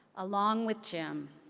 along with jim,